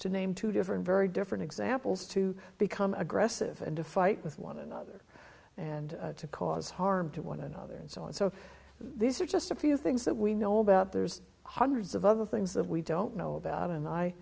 to name two different very different examples to become aggressive and to fight with one another and to cause harm to one another and so on so these are just a few things that we know about there's hundreds of other things that we don't know about and i